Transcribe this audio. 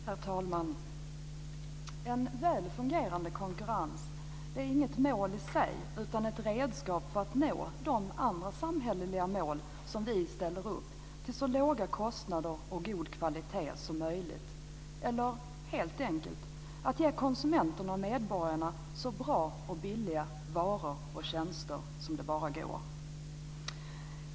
Herr talman! En väl fungerande konkurrens är inget mål i sig utan ett redskap för att nå de andra samhälleliga mål som vi ställer upp, med så god kvalitet och till så låga kostnader som möjligt, eller helt enkelt att ge konsumenterna - medborgarna - så bra och billiga varor och tjänster som det bara går.